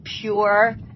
pure